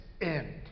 end